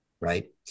right